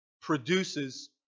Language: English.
produces